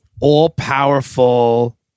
all-powerful